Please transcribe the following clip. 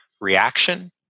reaction